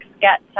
get